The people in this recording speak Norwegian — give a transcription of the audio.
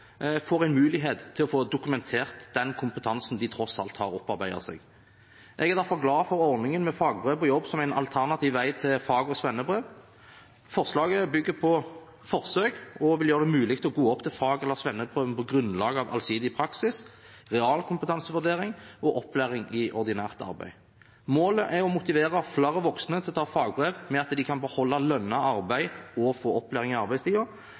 får en mulighet til å få dokumentert den kompetansen de tross alt har opparbeidet seg. Jeg er derfor glad for ordningen med fagbrev på jobb som en alternativ vei til fag- og svennebrev. Forslaget bygger på forsøk og vil gjøre det mulig å gå opp til fag- eller svenneprøven på grunnlag av allsidig praksis, realkompetansevurdering og opplæring i ordinært arbeid. Målet er å motivere flere voksne til å ta fagbrev med at de kan beholde lønnet arbeid og få opplæring i